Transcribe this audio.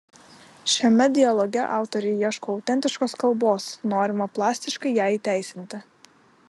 šiame dialoge autoriai ieško autentiškos kalbos norima plastiškai ją įteisinti